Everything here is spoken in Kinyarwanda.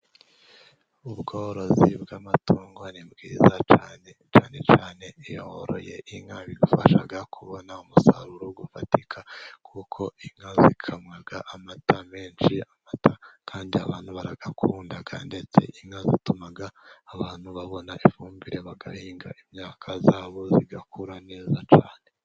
Ubworozi bw'amatungo ni bwiza cyane. Cyane cyane iyo woroye inka bigufasha kubona umusaruro ufatika, kuko inka zikamwa amata menshi. Amata kandi abantu barayakunda, ndetse inka zituma abantu babona ifumbire bagahinga imyaka yabo igakura neza cyane.